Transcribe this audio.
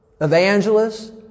evangelists